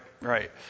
right